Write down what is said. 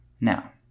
Now